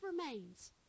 remains